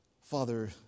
Father